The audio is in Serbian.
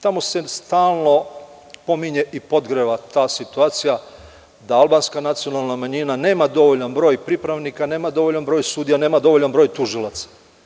Tamo se stalno pominje i podgreva ta situacija da albanska nacionalna manjina nema dovoljan broj pripravnika, nema dovoljan broj sudija, nema dovoljan broj tužilaca.